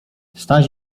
staś